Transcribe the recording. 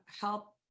help